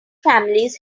families